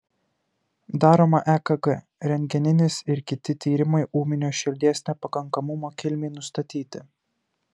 daroma ekg rentgeninis ir kiti tyrimai ūminio širdies nepakankamumo kilmei nustatyti